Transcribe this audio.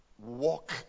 Walk